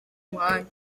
muhanda